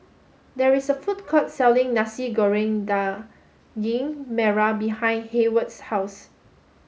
there is a food court selling Nasi Goreng Daging Merah behind Heyward's house